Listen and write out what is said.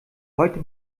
heute